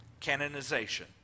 canonization